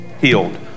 healed